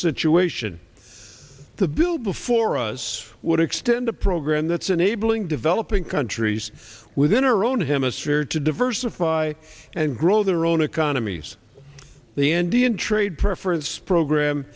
situation the bill before us would extend the program that's an enabling developing countries within our own hemisphere to diversify and grow their own economies the andean trade preference program